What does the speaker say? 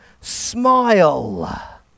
smile